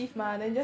mm mm